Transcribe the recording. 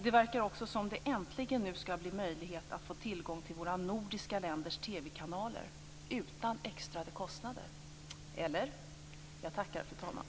Det verkar också som att det äntligen skall bli möjligt att få tillgång till de övriga nordiska ländernas TV kanaler utan extra kostnader, eller? Jag tackar, fru talman.